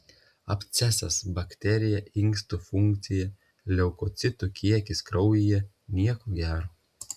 abscesas bakterija inkstų funkcija leukocitų kiekis kraujyje nieko gero